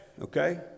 okay